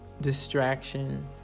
distraction